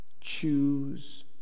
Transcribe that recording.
choose